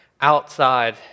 outside